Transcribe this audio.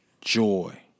joy